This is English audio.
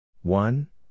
one